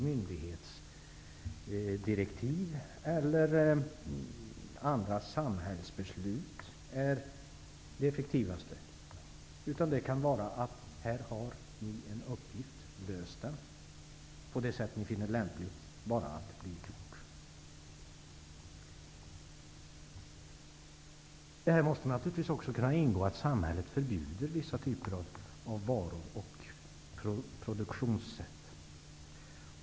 Myndighetsdirektiv eller andra samhällsbeslut är inte alltid effektivast, utan det kan vara: Här har ni en uppgift. Lös den på det sätt ni finner lämpligt, bara det blir gjort! Häri måste naturligtvis också kunna ingå att samhället förbjuder vissa typer av varor och produktionssätt.